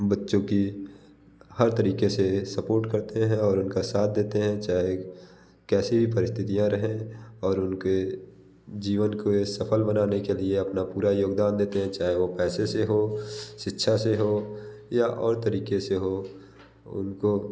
बच्चों को हर तरीक़े से सपोर्ट करते हैं और उनका साथ देते हैं चाहे कैसी भी परिस्थितियाँ रहे और उनके जीवन को वे सफल बनाने के लिए अपना पूरा योगदान देते हैं चाहे वो पैसे से हो शिक्षा से हो या और तरीक़े से हो उनको